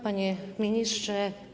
Panie Ministrze!